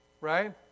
Right